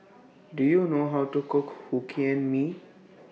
Do YOU know How to Cook Hokkien Mee